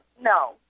no